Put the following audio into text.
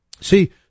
See